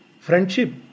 friendship